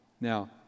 Now